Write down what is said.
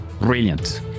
Brilliant